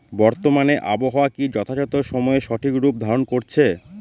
বর্তমানে আবহাওয়া কি যথাযথ সময়ে সঠিক রূপ ধারণ করছে?